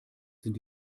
sind